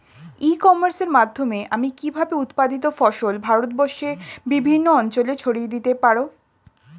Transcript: ই কমার্সের মাধ্যমে আমি কিভাবে উৎপাদিত ফসল ভারতবর্ষে বিভিন্ন অঞ্চলে ছড়িয়ে দিতে পারো?